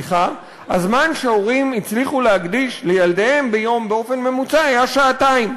הזמן שההורים הצליחו להקדיש לילדיהם היה בממוצע שעתיים.